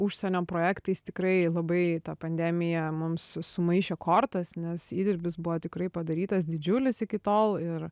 užsienio projektais tikrai labai ta pandemija mums sumaišė kortas nes įdirbis buvo tikrai padarytas didžiulis iki tol ir